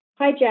Hijack